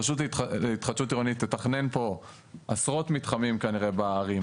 הרשות להתחדשות עירונית תתכנן כנראה עשרות מתחמים בערים,